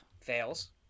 Fails